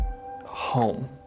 home